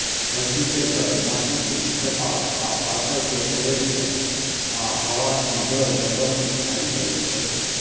cultipacker माटिक ढेपा आ पाथर कें तोड़ै छै आ हवा सं भरल जगह कें खाली करै छै